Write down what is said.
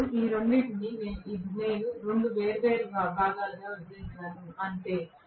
ఇప్పుడు ఈ రెండింటినీ నేను 2 వేర్వేరు భాగాలుగా విభజించాను అంతే